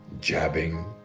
jabbing